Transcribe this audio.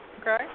okay